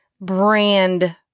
brand